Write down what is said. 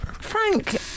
Frank